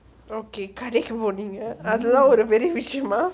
okay கடைக்கு போனிங்க அதெல்லாம் ஒரு விஷயமா:kadaikku poningga athellam oru vishayamaa